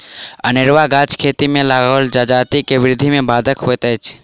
अनेरूआ गाछ खेत मे लगाओल जजाति के वृद्धि मे बाधक होइत अछि